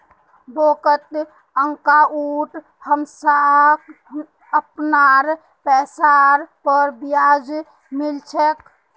बैंकत अंकाउट हमसाक अपनार पैसार पर ब्याजो मिल छेक